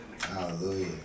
Hallelujah